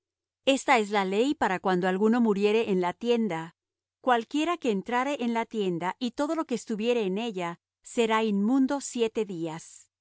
esta es la ley para cuando alguno muriere en la tienda cualquiera que entrare en la tienda y todo lo que estuviere en ella será inmundo siete días